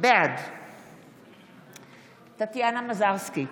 בעד טטיאנה מזרסקי,